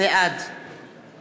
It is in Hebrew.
בעד